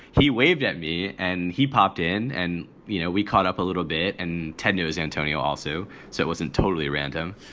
he waved at me and he popped in and you know we caught up a little bit. and ted knows antonio also. so it wasn't totally random.